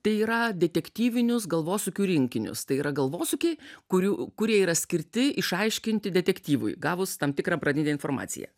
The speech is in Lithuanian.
tai yra detektyvinius galvosūkių rinkinius tai yra galvosūkiai kurių kurie yra skirti išaiškinti detektyvui gavus tam tikrą pradinę informaciją